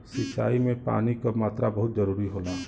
सिंचाई में पानी क मात्रा बहुत जरूरी होला